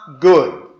good